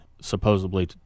supposedly